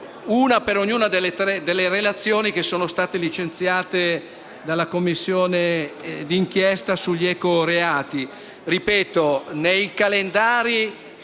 una per ognuna delle tre relazioni licenziate dalla Commissione d'inchiesta sugli ecoreati.